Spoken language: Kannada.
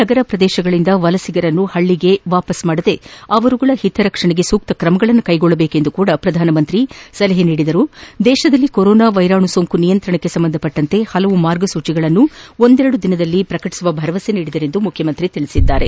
ನಗರ ಪ್ರದೇಶದಿಂದ ವಲಸಿಗರನ್ನು ಪಳ್ಳಿಗೆ ಕಳುಹಿಸದೆ ಅವರುಗಳ ಹಿತರಕ್ಷಣೆಗೆ ಸೂಕ್ತ ಕ್ರಮಗಳನ್ನು ಕೈಗೊಳ್ಳುವಂತೆ ಪ್ರಧಾನಮಂತ್ರಿ ಸಲಹೆ ನೀಡಿದರಲ್ಲದೇ ದೇಶದಲ್ಲಿ ಕೊರೊನಾ ವೈರಾಣು ಸೋಂಕು ನಿಯಂತ್ರಣಕ್ಕೆ ಸಂಬಂಧಿಸಿದಂತೆ ಪಲವು ಮಾರ್ಗಸೂಚಿಗಳನ್ನು ಒಂದೆರಡು ದಿನಗಳಲ್ಲಿ ಪ್ರಕಟಿಸುವ ಭರವಸೆ ನೀಡಿದರು ಎಂದು ಮುಖ್ಯಮಂತ್ರಿ ತಿಳಿಸಿದರು